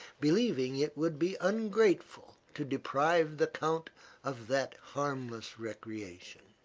believing it would be ungrateful to deprive the count of that harmless recreation.